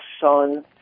son